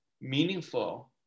meaningful